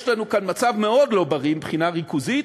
יש לנו כאן מצב מאוד לא בריא מבחינה ריכוזית,